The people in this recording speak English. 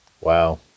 Wow